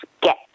get